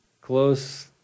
close